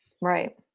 Right